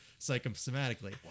psychosomatically